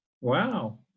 wow